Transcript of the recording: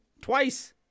Twice